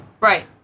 Right